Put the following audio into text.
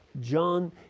John